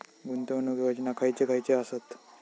गुंतवणूक योजना खयचे खयचे आसत?